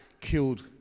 killed